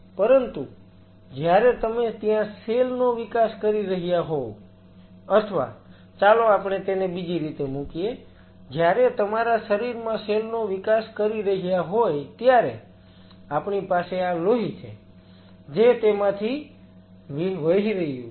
પરંતુ જ્યારે તમે ત્યાં સેલ નો વિકાસ કરી રહ્યા હોવ અથવા ચાલો આપણે તેને બીજી રીતે મૂકીએ જ્યારે તમારા શરીરમાં સેલ વિકાસ કરી રહ્યા હોય ત્યારે આપણી પાસે આ લોહી છે જે તેમાંથી વહી રહ્યું છે